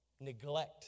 neglect